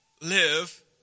Live